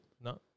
No